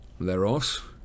Leros